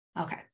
Okay